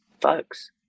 folks